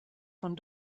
von